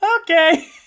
Okay